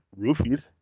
roofied